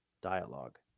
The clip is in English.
dialogue